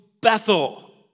Bethel